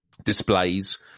displays